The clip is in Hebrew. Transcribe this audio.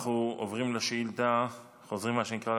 אנחנו עוברים לשאילתה, חוזרים, מה שנקרא,